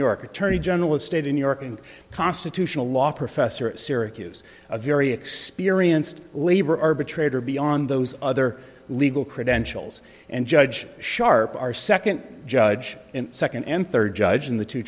york attorney general of state in new york and constitutional law professor at syracuse a very experienced labor arbitrator beyond those other legal credentials and judge sharp our second judge in second and third judge in the two